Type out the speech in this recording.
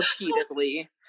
repeatedly